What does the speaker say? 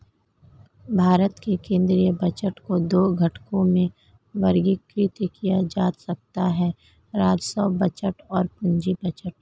भारत के केंद्रीय बजट को दो घटकों में वर्गीकृत किया जा सकता है राजस्व बजट और पूंजी बजट